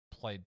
played